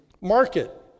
market